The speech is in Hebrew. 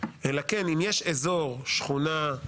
אלא כן אם יש אזור, שכונה,